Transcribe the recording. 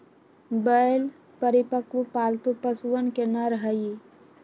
बैल परिपक्व, पालतू पशुअन के नर हई